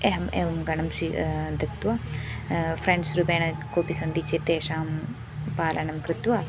एवम् एवं गणं स्वि दत्वा फ़्रेण्ड्स् रूपेण केपि सन्ति चेत् तेषां पालनं कृत्वा